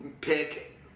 pick